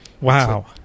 Wow